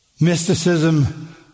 Mysticism